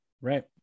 right